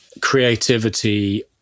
creativity